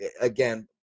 again